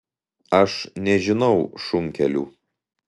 aš nežinau šunkelių